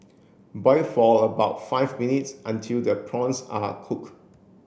boil for about five minutes until the prawns are cook